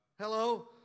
Hello